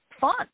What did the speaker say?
fun